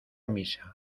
misa